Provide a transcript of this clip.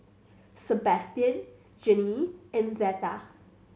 Sebastian Jeannie and Zeta